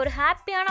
happy